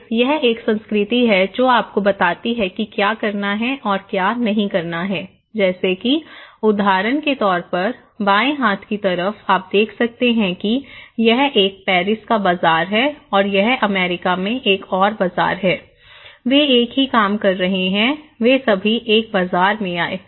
फिर यह एक संस्कृति है जो आपको बताती है कि क्या करना है और क्या नहीं करना है जैसे कि उदाहरण के तौर पर बाएं हाथ की तरफ आप देख सकते हैं कि यह एक पेरिस का बाजार है और यह अमेरिका में एक और बाजार है वे एक ही काम कर रहे हैं वे सभी एक बाजार में आए